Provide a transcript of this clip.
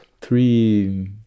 three